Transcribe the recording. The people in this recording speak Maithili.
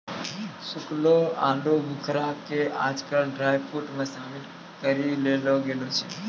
सूखलो आलूबुखारा कॅ आजकल ड्रायफ्रुट मॅ शामिल करी लेलो गेलो छै